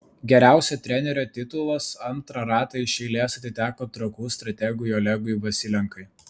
geriausio trenerio titulas antrą ratą iš eilės atiteko trakų strategui olegui vasilenkai